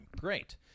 Great